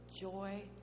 joy